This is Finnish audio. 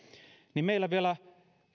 niin meillä vielä